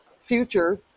future